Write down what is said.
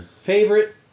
Favorite